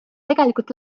tegelikult